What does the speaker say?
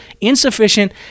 insufficient